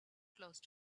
close